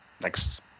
next